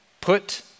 put